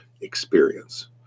experience